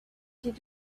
did